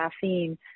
caffeine